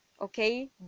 okay